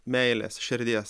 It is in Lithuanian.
meilės širdies